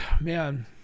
man